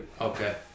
Okay